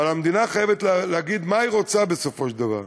אבל המדינה חייבת להגיד מה היא רוצה בסופו של דבר.